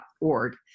org